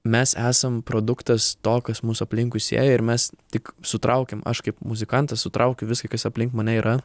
mes esam produktas to kas mus aplinkui sieja ir mes tik sutraukiam aš kaip muzikantas sutraukiu viską kas aplink mane yra